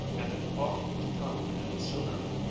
and it oughtn't to come any sooner!